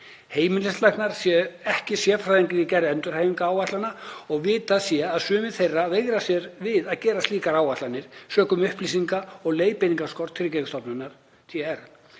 heimilislæknar séu ekki sérfræðingar í gerð endurhæfingaráætlana og vitað sé að sumir þeirra veigra sér við að gera slíkar áætlanir sökum upplýsinga- og leiðbeiningaskorts Tryggingastofnunar,